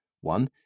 one